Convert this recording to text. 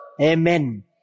Amen